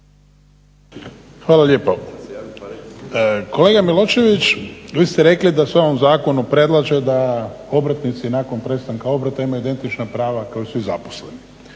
Hvala lijepo. Kolega Milošević, vi ste rekli da se u ovom zakonu predlaže da obrtnici nakon prestanka obrta imaju identična prava kao i svi zaposleni.